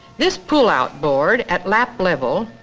this pull out board at lap level,